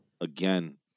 again